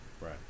right